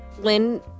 Lynn